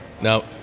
Now